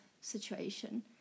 situation